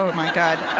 my god.